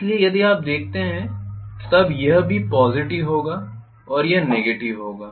इसलिए यदि आप इसे देखते हैं तब अब भी यह पॉज़िटिव होगा और यह नेगेटिव होगा